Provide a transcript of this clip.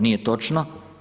Nije točno.